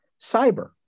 cyber